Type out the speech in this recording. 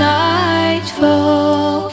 nightfall